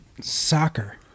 Soccer